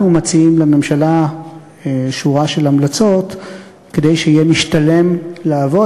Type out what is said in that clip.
אנחנו מציעים לממשלה שורה של המלצות כדי שיהיה משתלם לעבוד.